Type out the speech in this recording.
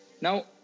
Now